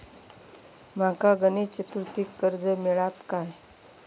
माका चतुर्थीक कर्ज मेळात काय?